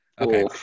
Okay